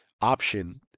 option